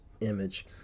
image